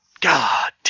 God